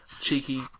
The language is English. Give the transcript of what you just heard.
cheeky